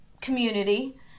community